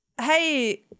Hey